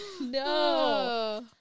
No